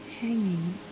hanging